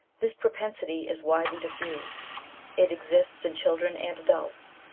this propensity is widely diffused it exists in children and adults,